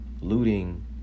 Looting